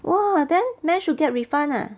!wah! then manage to get refund ah